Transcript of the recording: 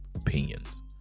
opinions